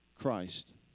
Christ